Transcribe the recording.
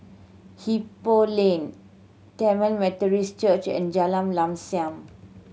Ipoh Lane Tamil Methodist Church and Jalan Lam Sam